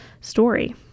story